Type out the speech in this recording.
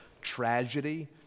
tragedy